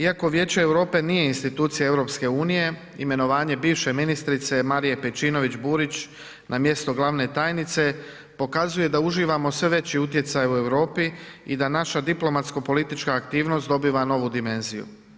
Iako Vijeće Europe nije institucija EU imenovanje bivše ministrice Marije Pejčinović Burić na mjesto glavne tajnice pokazuje da uživamo sve veći utjecaj u Europi i da naša diplomatsko politička aktivnost dobiva novu dimenziju.